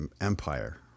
empire